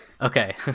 Okay